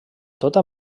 tota